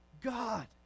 God